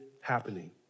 happening